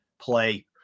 play